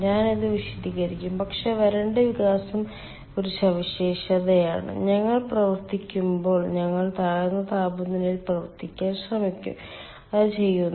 ഞാൻ ഇത് വിശദീകരിക്കും പക്ഷേ വരണ്ട വികാസം ഒരു സവിശേഷതയാണ് ഞങ്ങൾ പ്രവർത്തിക്കുമ്പോൾ ഞങ്ങൾ താഴ്ന്ന താപനിലയിൽ പ്രവർത്തിക്കാൻ ശ്രമിക്കുന്നു അത് ചെയ്യുന്നു